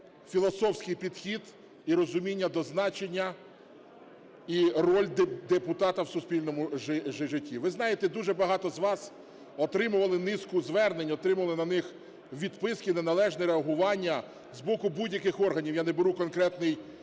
філософський підхід і розуміння значення і ролі депутата в суспільному житті. Ви знаєте, дуже багато з вас отримували низку звернень, отримували на них відписки, неналежне реагування з боку будь-яких органів, я не беру конкретний